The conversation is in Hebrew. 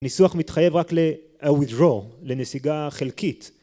ניסוח מתחייב רק ל withdrawal, לנסיגה חלקית